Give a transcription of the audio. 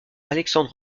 alexandre